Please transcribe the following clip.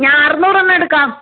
ഞാൻ അറുന്നൂറ് എണ്ണം എടുക്കാം